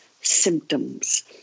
symptoms